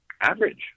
average